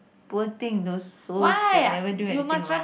poor thing those souls they never do anything wrong